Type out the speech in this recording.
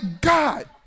God